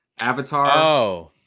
Avatar